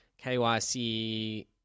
KYC